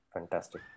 Fantastic